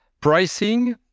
pricing